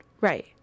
Right